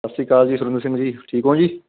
ਸਤਿ ਸ਼੍ਰੀ ਅਕਾਲ ਜੀ ਸੁਰਿੰਦਰ ਸਿੰਘ ਜੀ ਠੀਕ ਹੋ ਜੀ